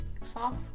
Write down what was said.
soft